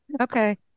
Okay